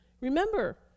Remember